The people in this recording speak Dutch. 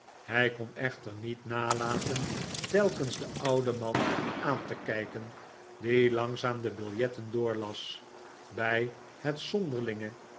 hij kon echter niet nalaten telkens den ouden man aan te kijken die langzaam de biljetten doorlas bij het zonderlinge